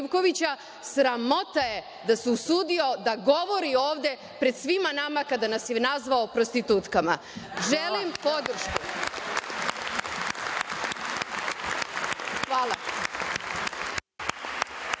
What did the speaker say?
Sramota je da se usudio da govori ovde pred svima nama kada nas je nazvao prostitutkama. Želim podršku. Hvala.